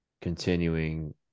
continuing